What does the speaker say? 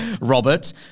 Robert